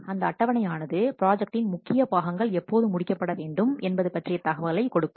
அந்த அட்டவணை ஆனது ப்ராஜெக்டின் முக்கிய பாகங்கள் எப்போது முடிக்கப்பட வேண்டும் என்பது பற்றிய தகவலை கொடுக்கும்